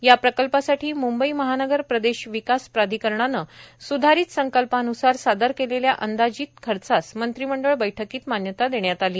या प्रकल्पासाठी मुंबई महानगर प्रदेश विकास प्राधिकरणाने स्धारित संकल्पान्सार सादर केलेल्या अंदाजित खर्चास मंत्रिमंडळ बैठकीत मान्यता देण्यात आली